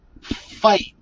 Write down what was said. fight